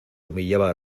humillaba